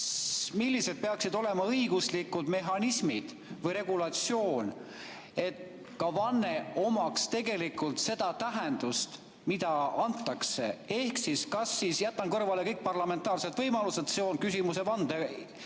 millised peaksid olema õiguslikud mehhanismid või regulatsioon, et vanne omaks ka tegelikult seda tähendust, mida antakse. Ehk jätan kõrvale kõik parlamentaarsed võimalused ja seon küsimuse vande